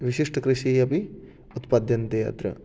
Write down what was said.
विशिष्टकृषिः अपि उत्पद्यन्ते अत्र